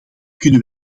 kunnen